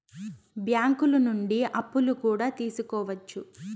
బ్యాంకులు నుండి అప్పులు కూడా తీసుకోవచ్చు